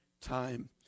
time